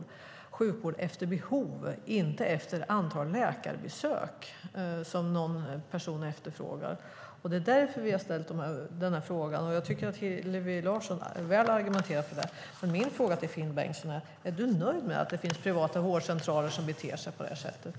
Det ska vara sjukvård efter behov och inte efter antal läkarbesök, som någon person efterfrågar. Det är därför vi har ställt frågan. Jag tycker att Hillevi Larsson väl argumenterar för detta. Är Finn Bengtsson nöjd med att det finns privata vårdcentraler som beter sig på det sättet?